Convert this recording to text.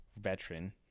veteran